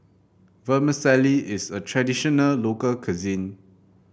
vermicelli is a traditional local cuisine